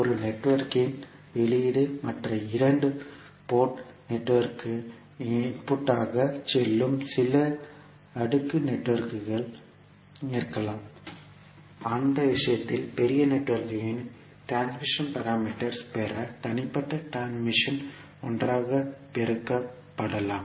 ஒரு நெட்வொர்க்கின் வெளியீடு மற்ற இரண்டு போர்ட் நெட்வொர்க்கிற்கு இன்புட்டாகச் செல்லும் சில அடுக்கு நெட்வொர்க்குகள் இருக்கலாம் அந்த சமயத்தில் பெரிய நெட்வொர்க்கின் டிரான்ஸ்மிஷன் பாராமீட்டர்ஸ் ஐ பெற தனிப்பட்ட டிரான்ஸ்மிஷன் பாராமீட்டர்ஸ் ஒன்றாக பெருக்கப்படலாம்